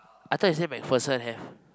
I thought you say MacPherson have